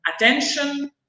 attention